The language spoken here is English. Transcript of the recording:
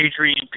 Adrian